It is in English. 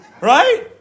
Right